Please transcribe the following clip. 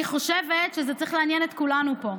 אני חושבת שזה צריך לעניין את כולנו פה.